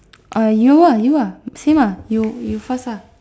uh you ah you ah same ah you you first lah